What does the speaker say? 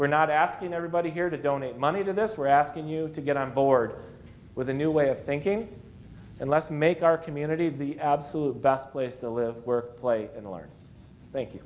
we're not asking everybody here to donate money to this we're asking you to get on board with a new way of thinking and less make our community the absolute best place to live work play and learn thank you